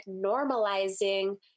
normalizing